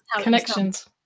connections